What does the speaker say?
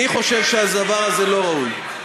אני חושב שהדבר הזה לא ראוי.